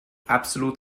absolut